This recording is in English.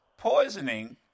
Poisoning